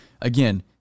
again